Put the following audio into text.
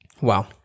Wow